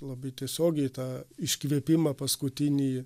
labai tiesiogiai tą iškvėpimą paskutinįjį